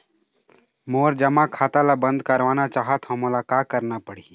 मोर जमा खाता ला बंद करवाना चाहत हव मोला का करना पड़ही?